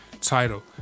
title